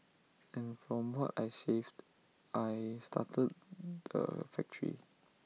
and from what I saved I started the factory